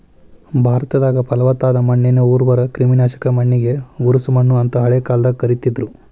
ಭಾರತದಾಗ, ಪಲವತ್ತಾದ ಮಣ್ಣಿಗೆ ಉರ್ವರ, ಕ್ರಿಮಿನಾಶಕ ಮಣ್ಣಿಗೆ ಉಸರಮಣ್ಣು ಅಂತ ಹಳೆ ಕಾಲದಾಗ ಕರೇತಿದ್ರು